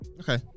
okay